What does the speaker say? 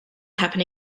happen